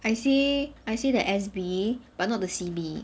I say I say the S_B but not the C_B